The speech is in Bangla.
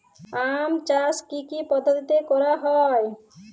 আম চাষ কি কি পদ্ধতিতে করা হয়?